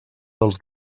dels